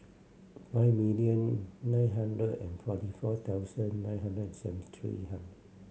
five million nine hundred and forty four thousand nine hundred and seventy three